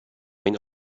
این